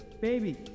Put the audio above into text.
baby